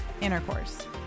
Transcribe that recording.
intercourse